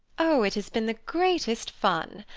oh, it has been the greatest fun.